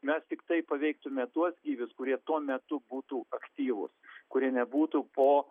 mes tiktai paveiktume tuos gyvius kurie tuo metu būtų aktyvūs kurie nebūtų po